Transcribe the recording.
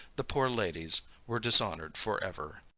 the poor ladies were dishonored forever.